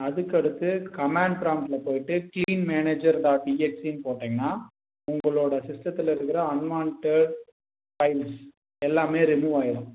அதற்கு அடுத்து கமெண்ட் புராம்பட்டில் போயிட்டு க்ளீன் மேனேஜர் டாட் இஎக்ஸ்இ போட்டிங்கன்னா உங்களோட சிஸ்டத்தில் இருக்கிற அன்வான்ட்டட் ஃபைல்ஸ் எல்லாமே ரிமூவ் ஆயிடும்